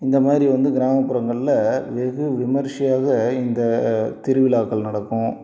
இந்த மாதிரி வந்து கிராமப்புறங்களில் வெகு விமர்சியாக இந்த திருவிழாக்கள் நடக்கும்